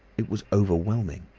it was overwhelming.